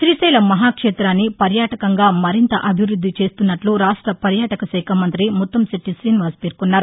శ్రీశైల మహా క్షేతాన్ని పర్యాటకంగా మరింత అభివృద్ది చేస్తున్నట్లు రాష్ట పర్యాటక శాఖ మంత్రి ముత్తంశెట్టి శ్రీనివాస్ పేర్కొన్నారు